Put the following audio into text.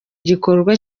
gikorwa